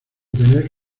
tener